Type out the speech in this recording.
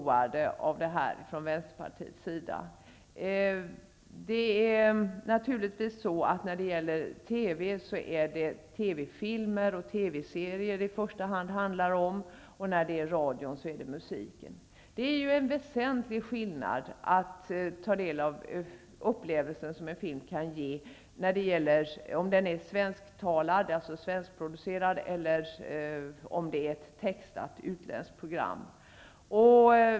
Vi är från Vänsterpartiets sida djupt oroade över detta. När det gäller TV handlar det i första hand om TV filmer och TV-serier, och när det gäller radio handlar det om musiken. Det är en väsentlig skillnad att ta del av en svenskproducerad film jämfört med en utländsk, textad film.